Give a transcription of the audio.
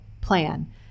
plan